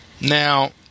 Now